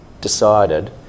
decided